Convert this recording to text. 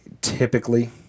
typically